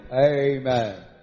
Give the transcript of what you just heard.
Amen